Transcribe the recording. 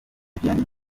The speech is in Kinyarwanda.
vianney